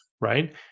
right